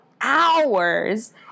hours